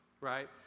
right